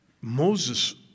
Moses